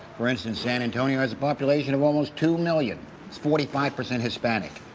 for instance, san antonio has a population of almost two million. it's forty five percent hispanic.